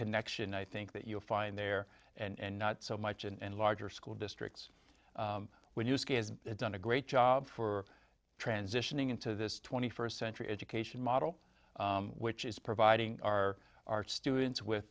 connection i think that you'll find there and not so much and larger school districts when you see it done a great job for transitioning into this twenty first century education model which is providing our arts students with